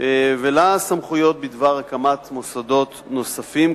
ולה הסמכויות בדבר הקמת מוסדות נוספים,